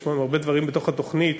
יש לנו הרבה דברים בתוך התוכנית,